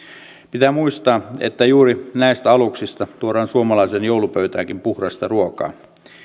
pitää muistaa että juuri näistä aluksista tuodaan suomalaiseen joulupöytäänkin puhdasta ruokaa